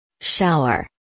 Shower